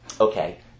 okay